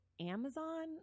amazon